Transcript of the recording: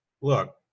look